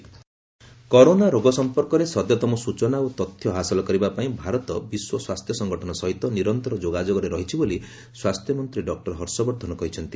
RS corona virus corona ରୋଗ ସମ୍ପର୍କରେ ସଦ୍ୟତମ ସ୍ୱଚନା ଓ ତଥ୍ୟ ହାସଲ କରିବାପାଇଁ ଭାରତ ବିଶ୍ୱ ସ୍ୱାସ୍ଥ୍ୟ ସଙ୍ଗଠନ ସହିତ ନିରନ୍ତର ଯୋଗାଯୋଗରେ ରହିଛି ବୋଲି ସ୍ୱାସ୍ଥ୍ୟମନ୍ତ୍ରୀ ଡକ୍ଟର ହର୍ଷବର୍ଦ୍ଧନ କହିଛନ୍ତି